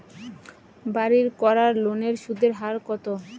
বাড়ির করার লোনের সুদের হার কত?